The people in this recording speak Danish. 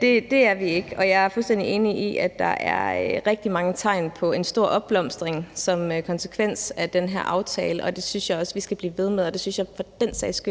det er vi ikke, og jeg er fuldstændig enig i, at der er rigtig mange tegn på en stor opblomstring som konsekvens af den her aftale. Det synes jeg også vi skal blive ved med, og det synes jeg for den sags skyld